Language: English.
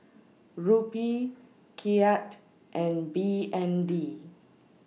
Rupee Kyat and B N D